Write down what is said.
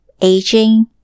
aging